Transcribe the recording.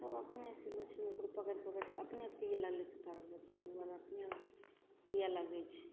सब अपने से जे छै ने पकड़ि पकड़िके अपने पिए लगलै बच्चा तऽ अपने ओ आओर पिए लागै छै